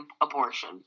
abortion